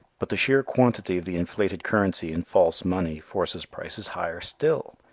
but the sheer quantity of the inflated currency and false money forces prices higher still.